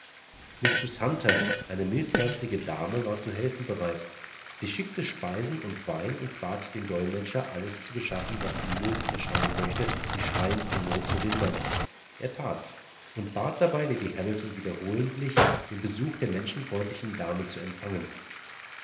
hunter eine mildherzige dame war zu helfen bereit sie schickte speisen und wein und bat den dolmetscher alles zu beschaffen was ihm nötig erscheinen möchte die schreiendste not zu lindern er tat's und bat dabei lady hamilton wiederholentlich den besuch der menschenfreundlichen dame zu empfangen